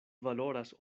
valoras